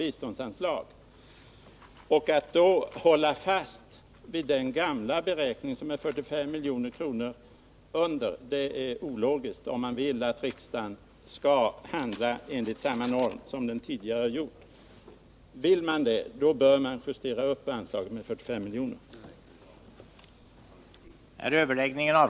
Att under sådana förhållanden hålla fast vid den gamla beräkningen, som är 45 milj.kr. lägre, är ologiskt om man vill att riksdagen skall handla enligt samma normer som den tidigare följt. Vill man det, bör man justera upp anslaget med 45 milj.kr.